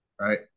Right